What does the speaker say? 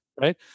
right